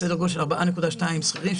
סדר גודל של 4.2 מיליון שכירים,